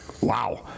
wow